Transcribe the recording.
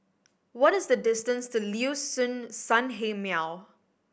what is the distance to Liuxun Sanhemiao